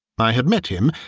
i had met him,